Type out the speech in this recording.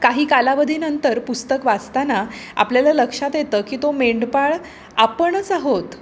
काही कालावधीनंतर पुस्तक वाचताना आपल्याला लक्षात येतं की तो मेंढपाळ आपणच आहोत